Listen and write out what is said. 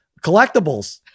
collectibles